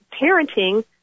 parenting